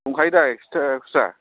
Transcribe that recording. दंखायो दा एकस' टाका खुस्रा